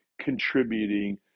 contributing